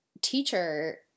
teacher